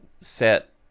set